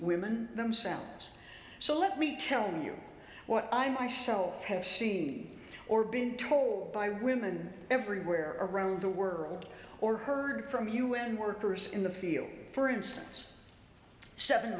women themselves so let me tell you what i myself have seen or been told by women everywhere around the world or heard from u n workers in the field for instance seven